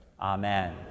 amen